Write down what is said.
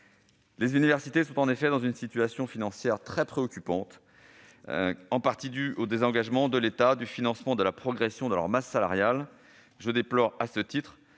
Les universités sont en effet dans une situation financière très préoccupante, en partie due au désengagement de l'État du financement de la progression de leur masse salariale. Je déplore, à ce titre,